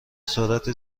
سرعت